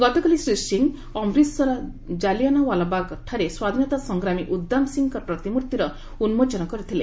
ଗତକାଲି ଶ୍ରୀ ସିଂ ଅମ୍ରିତ୍ସର୍ ଜାଲିଆନାୱାଲାବାଗ୍ଠାରେ ସ୍ୱାଧୀନତା ସଂଗ୍ରାମୀ ଉଦ୍ଧାମ ସିଂଙ୍କ ପ୍ରତିମୂର୍ତ୍ତି ଉନ୍ଜୋଚନ କରିଥିଲେ